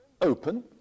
open